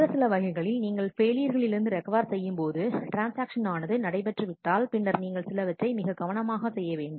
மற்ற சில வகைகளில் நீங்கள் ஃபெயிலியரிலிருந்து ரெக்கவர் செய்யும்போது ட்ரான்ஸ்ஆக்ஷன் ஆனது நடை பெற்று விட்டால் பின்னர் நீங்கள் சிலவற்றை மிக கவனமாக செய்ய வேண்டும்